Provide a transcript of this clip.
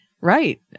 Right